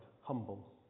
humble